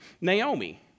Naomi